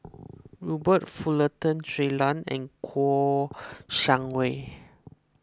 Robert Fullerton Shui Lan and Kouo Shang Wei